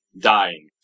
dying